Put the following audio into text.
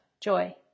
joy